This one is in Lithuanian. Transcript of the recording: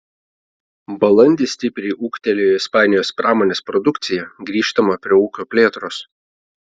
balandį stipriai ūgtelėjo ispanijos pramonės produkcija grįžtama prie ūkio plėtros